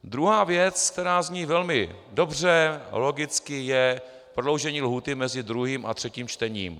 Druhá věc, která zní velmi dobře a logicky, je prodloužení lhůty mezi druhým a třetím čtením.